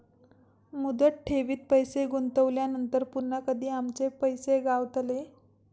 मुदत ठेवीत पैसे गुंतवल्यानंतर पुन्हा कधी आमचे पैसे गावतले?